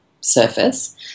surface